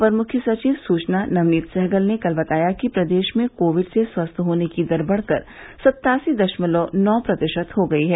अपर मुख्य सचिव सूचना नवनीत सहगल ने कल बताया कि प्रदेश में कोविड से स्वस्थ होने की दर बढ़कर सत्तासी दशमलव नौ प्रतिशत हो गयी है